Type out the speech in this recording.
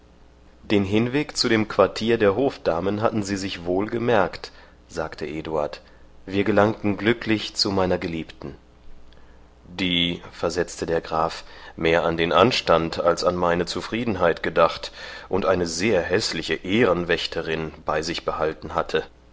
den hinweg zu dem quartier der hofdamen hatten sie sich wohl gemerkt sagte eduard wir gelangten glücklich zu meiner geliebten die versetzte der graf mehr an den anstand als an meine zufriedenheit gedacht und eine sehr häßliche ehrenwächterin bei sich behalten hatte